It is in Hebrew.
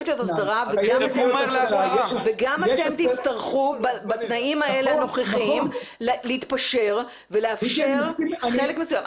גם אתם תצטרכו בתנאים האלה הנוכחיים להתפשר ולאפשר חלק מסוים.